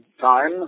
time